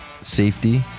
safety